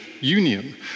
union